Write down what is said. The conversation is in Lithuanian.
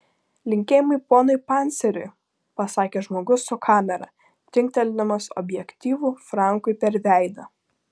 linkėjimai ponui panceriui pasakė žmogus su kamera trinkteldamas objektyvu frankui per veidą